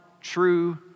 true